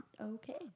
Okay